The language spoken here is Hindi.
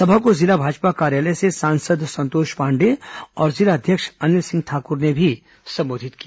सभा को जिला भाजपा कार्यालय से सांसद संतोष पांडेय और जिला अध्यक्ष अनिल सिंह ठाकुर ने भी संबोधित किया